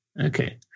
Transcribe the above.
Okay